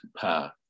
path